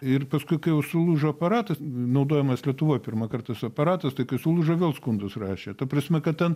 ir paskui kai jau sulūžo aparatas naudojamas lietuvoj pirmąkart tas aparatas tai kai sulūžo vėl skundus rašė ta prasme kad ten